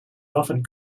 often